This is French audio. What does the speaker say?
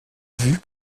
vue